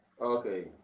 Okay